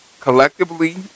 collectively